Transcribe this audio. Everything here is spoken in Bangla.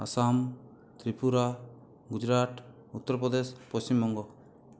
আসাম ত্রিপুরা গুজরাট উত্তরপ্রদেশ পশ্চিমবঙ্গ